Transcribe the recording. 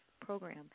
program